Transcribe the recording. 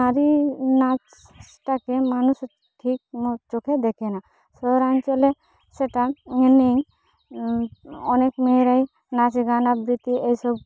নারী নাচটাকে মানুষ ঠিক ম চোখে দেখে না শহরাঞ্চলে সেটা নেই অনেক মেয়েরাই নাচ গান আবৃতি এইসব